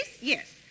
yes